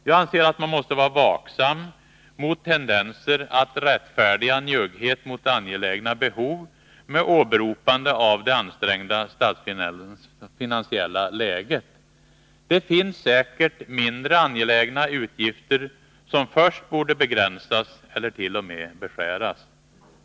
Jag anser att man måste vara vaksam mot tendenser att rättfärdiga njugghet mot angelägna behov under åberopande av det ansträngda statsfinansiella läget. Det finns säkert mindre angelägna utgifter som först borde begränsas eller t.o.m. beskäras.